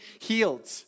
healed